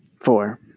Four